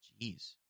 Jeez